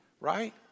right